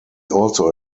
also